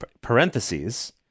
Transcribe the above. parentheses